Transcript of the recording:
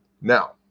Now